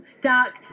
Dark